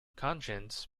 conscience